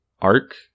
arc